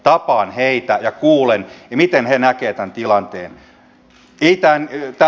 tapaan heitä ja kuulen miten he näkevät tämän tilanteen